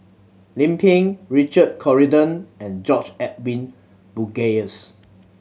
Lim Pin Richard Corridon and George Edwin Bogaars